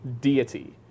deity